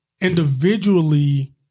individually